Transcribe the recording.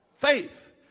Faith